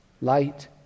light